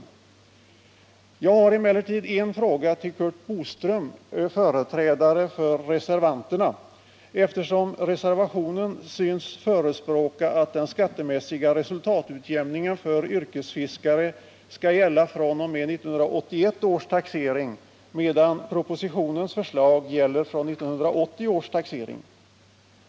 Emellertid har jag en fråga till Curt Boström som är företrädare för reservanterna. I reservationen tycks man nämligen förespråka att den skattemässiga resultatutjämningen för yrkesfiskare skall gälla fr.o.m. 1981 års taxering, medan den enligt propositionen skulle gälla fr.o.m. 1980 års taxering.